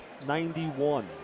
91